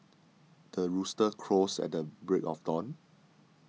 the rooster crows at the break of dawn